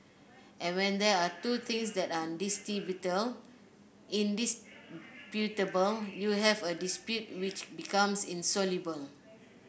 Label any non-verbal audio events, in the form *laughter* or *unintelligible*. and when there are two things that are *unintelligible* indisputable you have a dispute which becomes insoluble